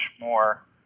more